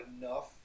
enough